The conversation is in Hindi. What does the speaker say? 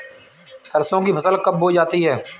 सरसों की फसल कब बोई जाती है?